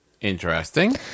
Interesting